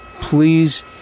please